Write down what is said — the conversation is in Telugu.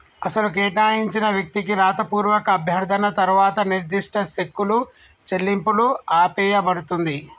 అసలు కేటాయించిన వ్యక్తికి రాతపూర్వక అభ్యర్థన తర్వాత నిర్దిష్ట సెక్కులు చెల్లింపులు ఆపేయబడుతుంది